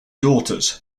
daughters